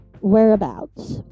whereabouts